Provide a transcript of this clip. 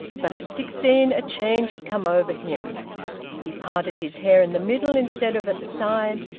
but at sixteen a change had come over him he parted his hair in the middle instead of at the side,